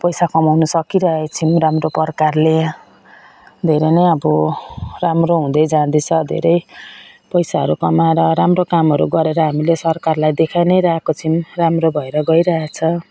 पैसा कमाउन सकिरहेका छौँ राम्रो प्रकारले धेरै नै अब राम्रो हुँदै जाँदैछ धेरै पैसाहरू कमाएर राम्रो कामहरू गरेर हामीले सरकारलाई देखाई नै रहेको छौँ राम्रो भएर गइरहेको छ